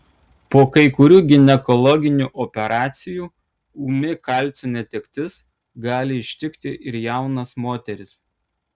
po kai kurių ginekologinių operacijų ūmi kalcio netektis gali ištikti ir jaunas moteris